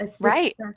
Right